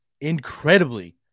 incredibly